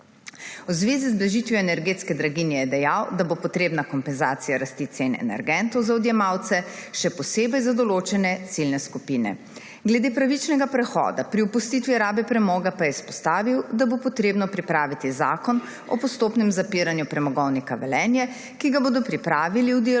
V zvezi z blažitvijo energetske draginje je dejal, da bo potrebna kompenzacija rasti cen energentov za odjemalce, še posebej za določene ciljne skupine. Glede pravičnega prehoda pri opustitvi rabe premoga pa je izpostavil, da bo treba pripraviti zakon o postopnem zapiranju Premogovnika Velenje, ki ga bodo pripravili v dialogu